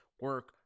Work